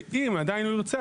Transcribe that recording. ואם הוא עדיין הוא ירצה,